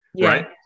Right